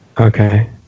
Okay